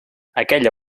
aquella